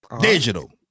Digital